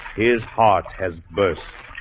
his heart has burst